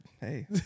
hey